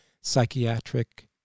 psychiatric